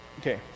okay